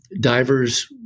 Divers